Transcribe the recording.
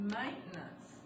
maintenance